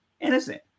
innocent